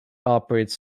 operates